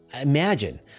imagine